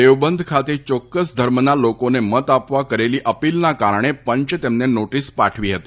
દેવબંધ ખાતે ચોક્કસ ધર્મના લોકોને મત આપવા કરેલી અપીલના કારણે પંચે તેમને નોટીસ પાઠવી હતી